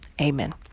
Amen